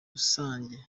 rusange